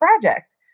project